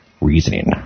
reasoning